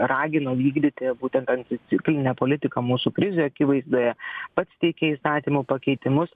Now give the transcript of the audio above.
ragino vykdyti būtent anticiklinę politiką mūsų krizių akivaizdoje pats teikė įstatymų pakeitimus